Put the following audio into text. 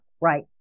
right